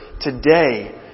today